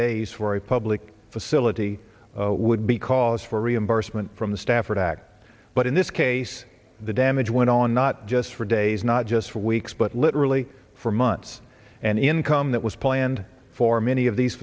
days for a public facility would be cause for reimbursement from the stafford act but in this case the damage went on not just for days not just for weeks but literally for months and income that was planned for many of these